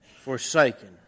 forsaken